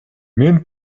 мен